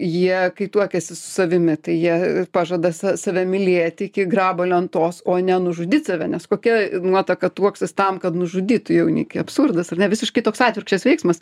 jie kai tuokiasi su savimi tai jie pažada sa save mylėti iki grabo lentos o ne nužudyt save nes kokia nuotaka tuoksis tam kad nužudytų jaunikį absurdas ar ne visiškai toks atvirkščias veiksmas